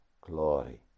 glory